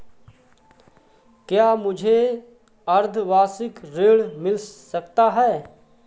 क्या मुझे अर्धवार्षिक ऋण मिल सकता है?